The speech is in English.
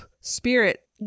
spirit